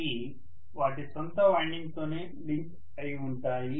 ఇవి వాటి సొంత వైన్డింగ్ తోనే లింక్ అయి ఉంటాయి